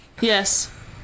Yes